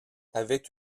avec